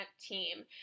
team